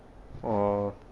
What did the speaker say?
orh